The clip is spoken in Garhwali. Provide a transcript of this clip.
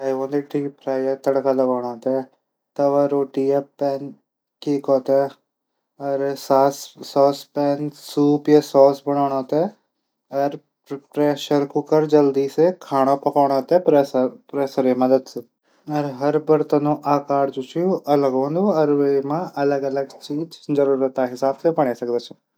फारइ और तुडका लगाणू तवा रोटी पैन। और केको थै सॉस पैन। सॉस बणाणो थै। प्रेसर कुकुर खांणू बणाणो थै। हर बर्तन आकार अलग हूंदू। वे मा अरग अलग चीज जरूरत हिसाब से बणे सकदा छन।